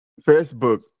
Facebook